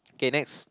K next